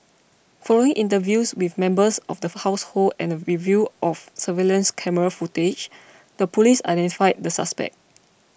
following interviews with members of the for household and a review of surveillance camera footage the police identified the suspect